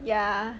ya